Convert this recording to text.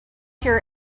here